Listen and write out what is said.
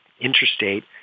interstate